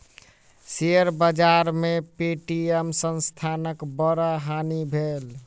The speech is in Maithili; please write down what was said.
शेयर बाजार में पे.टी.एम संस्थानक बड़ हानि भेल